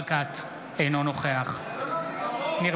בעד ששון ששי